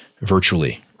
virtually